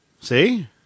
See